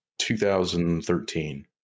2013